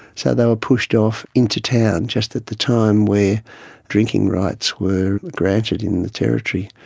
so they were pushed off into town, just at the time where drinking rights were granted in the territory.